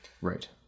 Right